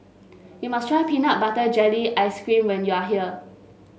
you must try Peanut Butter Jelly Ice cream when you are here